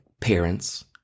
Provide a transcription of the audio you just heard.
parents